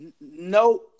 No